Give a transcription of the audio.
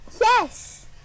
Yes